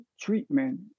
treatment